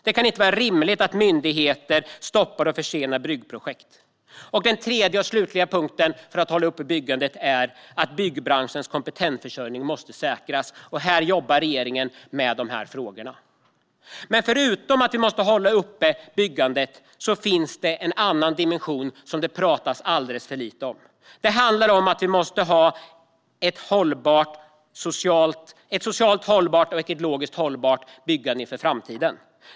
Det kan inte vara rimligt att myndigheter stoppar och försenar byggprojekt. Den tredje och slutliga utmaningen för att hålla igång byggandet är att byggbranschens kompetensförsörjning måste säkras. Regeringen jobbar med de frågorna. Förutom att vi måste hålla igång byggandet finns det en annan dimension som det pratas alldeles för lite om. Vi måste ha ett socialt hållbart och ekologiskt hållbart byggande inför framtiden.